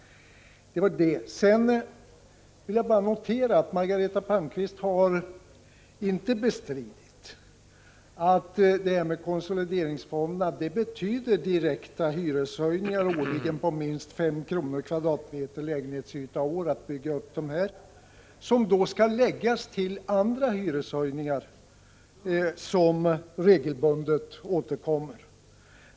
Sedan vill jag bara notera att Margareta Palmqvist inte har bestritt att konsolideringsfonderna betyder direkta hyreshöjningar årligen på minst 5 kr. per kvadratmeter lägenhetsyta och år. Så mycket kostar det att bygga upp fonderna. Denna hyreshöjning skall då läggas till andra hyreshöjningar som regelbundet återkommer.